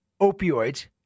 opioids